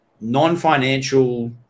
non-financial